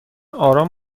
آرام